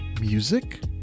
music